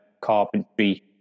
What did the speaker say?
carpentry